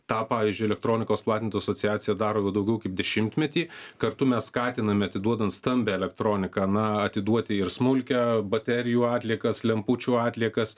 tą pavyzdžiui elektronikos platintojų asociacija daro jau daugiau kaip dešimtmetį kartu mes skatiname atiduodant stambią elektroniką na atiduoti ir smulkią baterijų atliekas lempučių atliekas